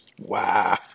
Wow